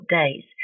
days